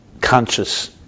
conscious